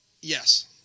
Yes